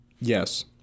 Yes